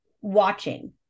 watching